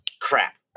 crap